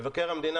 מבקר המדינה,